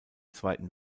zweiten